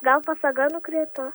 gal pasaga nukrito